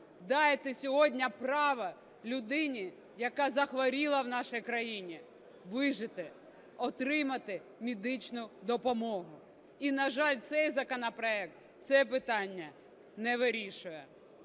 Дайте сьогодні право людині, яка захворіла в нашій країні, вижити, отримати медичну допомогу. І на жаль, цей законопроект це питання не вирішує.